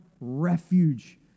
refuge